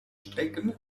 strecken